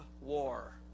war